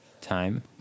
Time